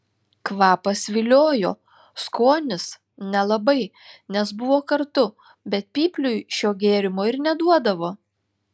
kvapas viliojo skonis nelabai nes buvo kartu bet pypliui šio gėrimo ir neduodavo